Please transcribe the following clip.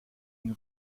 une